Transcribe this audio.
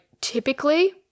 typically